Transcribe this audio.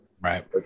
Right